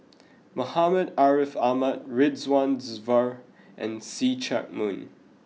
Muhammad Ariff Ahmad Ridzwan Dzafir and See Chak Mun